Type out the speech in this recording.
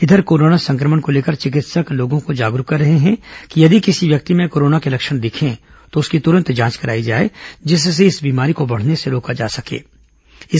इधर कोरोना संक्रमण को लेकर चिकित्सक लोगों को जागरूक कर रहे हैं कि यदि किसी व्यक्ति में कोरोना के लक्षण दिखें तो उसकी तुरंत जांच कराई जाए जिससे इस बीमारी को बढ़ने से रोका जा सकता है